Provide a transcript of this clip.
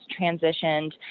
transitioned